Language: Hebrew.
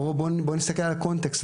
בואו נסתכל על הקונטקסט,